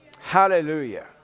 Hallelujah